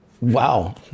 Wow